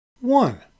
One